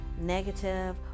negative